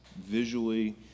visually